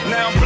Now